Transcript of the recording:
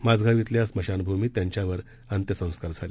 माझगाव इथल्या स्मशानभूमीत त्यांच्यावर अंत्यसंस्कार झाले